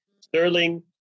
Sterling